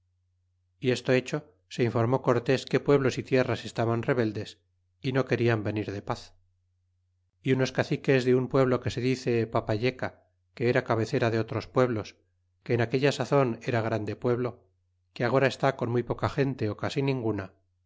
y esto hecho se informó cortés que pueblos y tierras estaban rebeldes y no querian venir de paz y unos caciques de ugn pueblo que se dice papayeca que era cabecera de otros pueblos que en aquella sazon era grande pueblo que agora está con muy poca gente ó casi ninguna